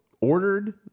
ordered